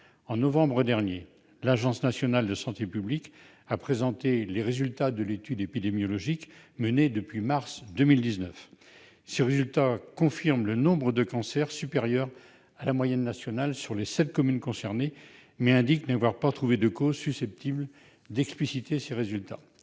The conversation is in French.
En novembre dernier, l'Agence nationale de santé publique a présenté les résultats de l'étude épidémiologique menée depuis mars 2019. Ces résultats confirment le nombre de cancers supérieurs à la moyenne nationale sur les sept communes concernées, mais indiquent qu'aucune cause susceptible d'expliciter ces résultats